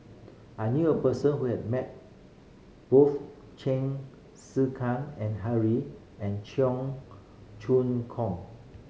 I knew a person who has met both Chen Kezhan and Henri and Cheong Choong Kong